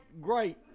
great